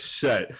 set